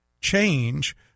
change